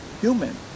human